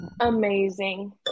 Amazing